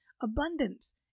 Abundance